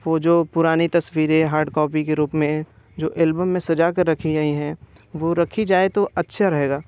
वो जो पुरानी तस्वीरें हार्ड कॉपी के रूप में जो एलबम में सजा कर रखी गई हैं वो रखी जाए तो अच्छा रहेगा